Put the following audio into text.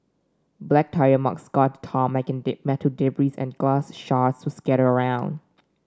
black tyre marks scarred the tarmac and metal debris and glass shards were scattered all around